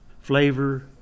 flavor